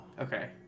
Okay